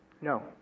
No